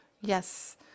Yes